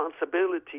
responsibility